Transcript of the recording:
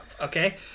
Okay